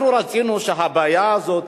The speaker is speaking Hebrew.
אנחנו רצינו שהבעיה הזאת,